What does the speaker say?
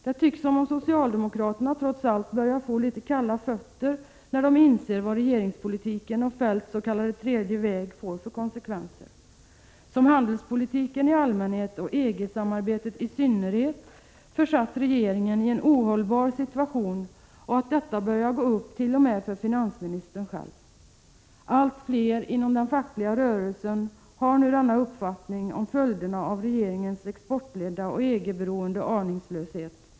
Det tycks som om socialdemokraterna trots allt börjar få litet kalla fötter när de inser vad regeringspolitiken och Feldts s.k. tredje väg får för konsekvenser, t.ex. att handelspolitiken i allmänhet och EG samarbetet i synnerhet försatt regeringen i en ohållbar situation och att detta börjar gå upp t.o.m. för finansministern själv. Allt fler inom den fackliga rörelsen har nu denna uppfattning om följderna av regeringens exportledda och EG-beroende aningslöshet.